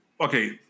okay